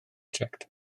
prosiect